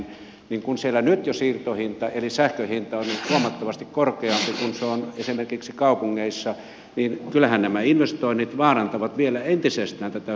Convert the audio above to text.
kun siellä jo nyt sähkön hinta on ollut huomattavasti korkeampi kuin se on esimerkiksi kaupungeissa niin kyllähän nämä investoinnit vaarantavat vielä entisestään tätä sosiaalista tasa arvoa